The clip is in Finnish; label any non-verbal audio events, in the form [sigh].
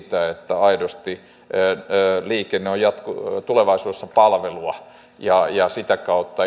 näkymä siitä että aidosti liikenne on tulevaisuudessa palvelua ja ja sitä kautta [unintelligible]